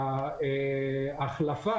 שההחלפה,